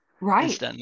Right